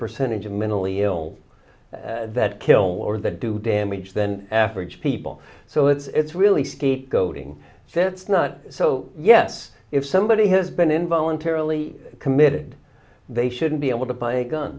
percentage of mentally ill that kill or that do damage then after each people so it's really scapegoating so it's not so yes if somebody has been involuntarily committed they shouldn't be able to buy a gun